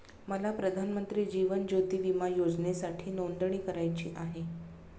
मला प्रधानमंत्री जीवन ज्योती विमा योजनेसाठी नोंदणी करायची आहे